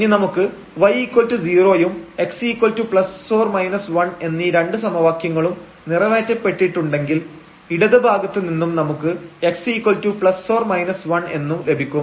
ഇനി നമുക്ക് y0 യും x±1 എന്നീ 2 സമവാക്യങ്ങളും നിറവേറ്റപ്പെട്ടിട്ടുണ്ടെങ്കിൽ ഇടത് ഭാഗത്ത് നിന്നും നമുക്ക് x±1 എന്ന് ലഭിക്കും